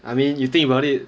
I mean you think about it